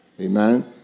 Amen